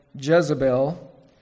Jezebel